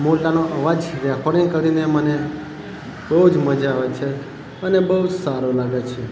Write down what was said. મોરલાનો અવાજ રેકોર્ડિંગ કરીને મને બહુ જ મજા આવે છે અને બહુ સારું લાગે છે